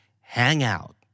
Hangout